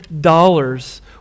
dollars